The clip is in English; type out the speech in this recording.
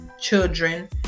children